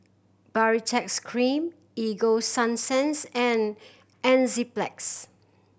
Baritex Cream Ego Sunsense and Enzyplex